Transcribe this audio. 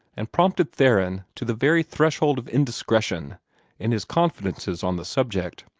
and prompted theron to the very threshold of indiscretion in his confidences on the subject.